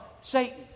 Satan